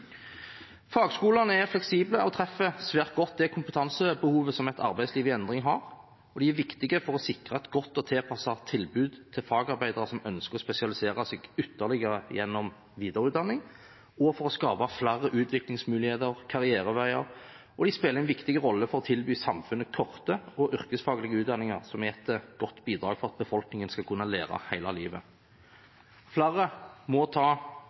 Fagskolene er fleksible og treffer svært godt det kompetansebehovet som et arbeidsliv i endring har, og de er viktige for å sikre et godt og tilpasset tilbud til fagarbeidere som ønsker å spesialisere seg ytterligere gjennom videreutdanning, og for å skape flere utviklingsmuligheter og karriereveier. De spiller også en viktig rolle i å tilby samfunnet korte og yrkesfaglige utdanninger, som er et godt bidrag til at befolkningen skal kunne lære hele livet. Flere må ta